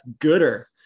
gooder